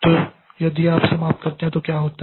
तो यदि आप समाप्त करते हैं तो क्या होता है